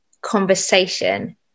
conversation